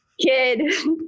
kid